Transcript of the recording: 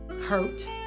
hurt